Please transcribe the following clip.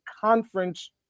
conference